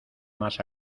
más